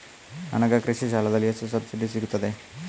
ನನಗೆ ಕೃಷಿ ಸಾಲದಲ್ಲಿ ಎಷ್ಟು ಸಬ್ಸಿಡಿ ಸೀಗುತ್ತದೆ?